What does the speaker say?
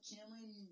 Cameron